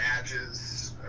badges